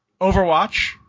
Overwatch